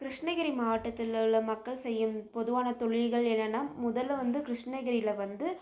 கிருஷ்ணகிரி மாவட்டத்திலுள்ள மக்கள் செய்யும் பொதுவான தொழில்கள் என்னனால் முதலில் வந்து கிருஷ்ணகிரியில் வந்து